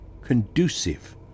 conducive